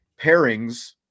pairings